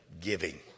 giving